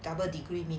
double degree